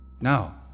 Now